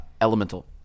Elemental